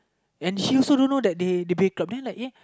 then he also don't know that they they break up